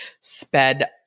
sped